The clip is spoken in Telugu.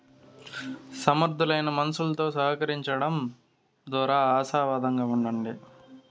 సమర్థులైన మనుసులుతో సహకరించడం దోరా ఆశావాదంగా ఉండండి